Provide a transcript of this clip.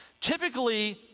typically